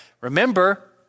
Remember